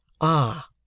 Ah